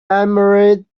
emerald